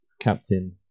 Captain